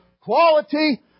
Quality